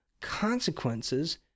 consequences